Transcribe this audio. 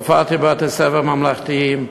והופעתי בבתי-ספר ממלכתיים,